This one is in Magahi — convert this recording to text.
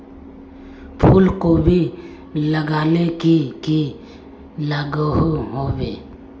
फूलकोबी लगाले की की लागोहो होबे?